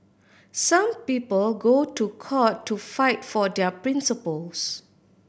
some people go to court to fight for their principles